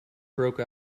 broke